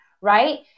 right